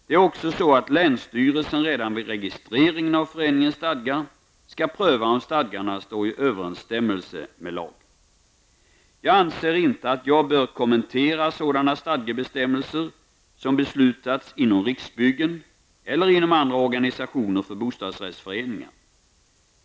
Det är också så att länsstyrelsen redan vid registreringen av föreningens stadgar skall pröva om stadgarna står i överensstämmelse med lag. Jag anser inte att jag bör kommentera sådana stadgebestämmelser som beslutats inom Riksbyggen eller inom andra organisationer för bostadsrättsföreningar.